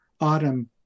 autumn